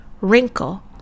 wrinkle